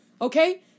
Okay